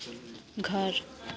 घर